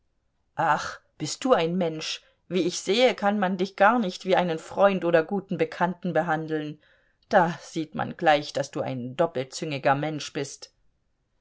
ach bist du ein mensch wie ich sehe kann man dich gar nicht wie einen freund oder guten bekannten behandeln da sieht man gleich daß du ein doppelzüngiger mensch bist